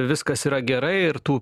viskas yra gerai ir tų